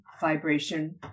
vibration